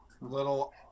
little